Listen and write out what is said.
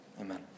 Amen